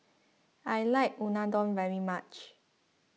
I like Unadon very much